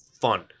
fun